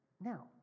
Now